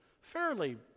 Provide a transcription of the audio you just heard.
fairly